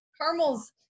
caramel's